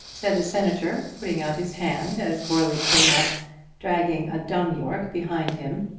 said the senator putting out his hand as goarly came up dragging a dung-fork behind him.